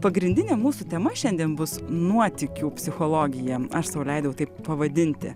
pagrindinė mūsų tema šiandien bus nuotykių psichologija aš sau leidau taip pavadinti